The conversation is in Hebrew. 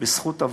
בזכות אבות.